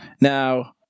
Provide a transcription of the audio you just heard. Now